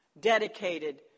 dedicated